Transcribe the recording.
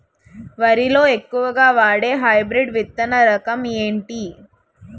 వరి లో ఎక్కువుగా వాడే హైబ్రిడ్ విత్తన రకం ఏంటి?